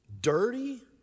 dirty